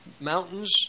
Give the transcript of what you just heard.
Mountains